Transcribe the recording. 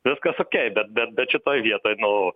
viskas okey bet bet bet šitoj vietoj to nu